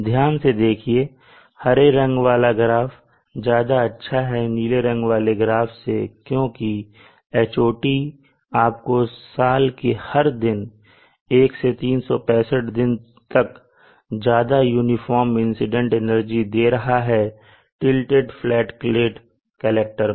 ध्यान से देखिए हरे रंग वाला ग्राफ ज्यादा अच्छा है नीले रंग वाले ग्राफ से क्योंकि Hot आपको साल के हर दिन 1 से 365 तक ज्यादा युनिफ़ॉर्म इंसीडेंट एनर्जी दे रहा है टीलटेड फ्लैट प्लेट कलेक्टर पर